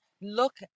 Look